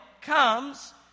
comes